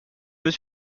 veux